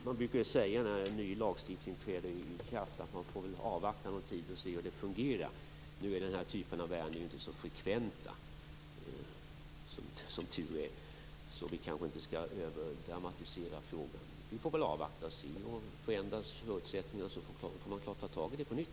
Fru talman! Man brukar säga när en ny lag träder i kraft att man får avvakta någon tid för att se hur den fungerar. Nu är inte den här typen av ärenden så frekventa, som tur är, så vi kanske inte skall överdramatisera frågan. Vi får väl avvakta och se. Förändras förutsättningarna får man ta itu med det på nytt.